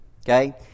Okay